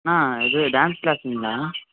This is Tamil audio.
அண்ணா இது டான்ஸ் கிளாஸுங்களா